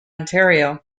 ontario